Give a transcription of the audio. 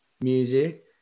music